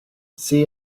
see